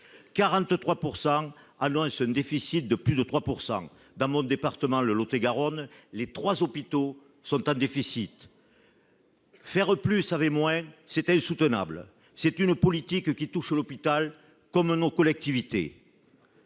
43 % annoncent un déficit supérieur à 3 %. Dans mon département, le Lot-et-Garonne, les trois hôpitaux sont en déficit. Faire plus avec moins, c'est insoutenable ! C'est une politique qui touche l'hôpital, comme nos collectivités.